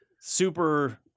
super